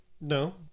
No